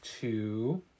two